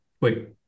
wait